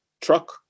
truck